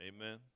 Amen